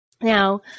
Now